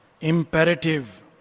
Imperative